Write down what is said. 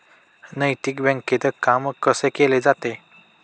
नैतिक बँकेत काम कसे केले जाते?